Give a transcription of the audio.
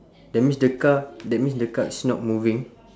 that means the car that means the car is not moving